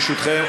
ברשותכם,